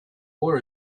war